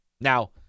Now